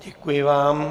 Děkuji vám.